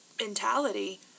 mentality